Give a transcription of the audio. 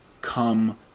come